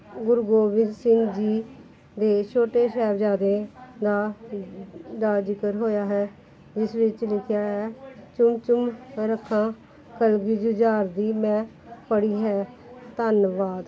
ਗੁਰੂ ਗੋਬਿੰਦ ਸਿੰਘ ਜੀ ਦੇ ਛੋਟੇ ਸਾਹਿਬਜ਼ਾਦੇ ਦਾ ਦਾ ਜ਼ਿਕਰ ਹੋਇਆ ਹੈ ਜਿਸ ਵਿੱਚ ਲਿਖਿਆ ਹੈ ਚੁੰਮ ਚੁੰਮ ਰੱਖਾਂ ਕਲਗੀ ਜੁਝਾਰ ਦੀ ਮੈਂ ਪੜ੍ਹੀ ਹੈ ਧੰਨਵਾਦ